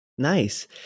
Nice